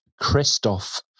Christoph